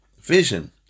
vision